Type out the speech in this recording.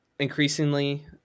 Increasingly